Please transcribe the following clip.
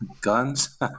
Guns